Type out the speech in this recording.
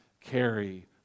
carry